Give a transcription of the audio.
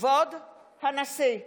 כבוד הנשיא!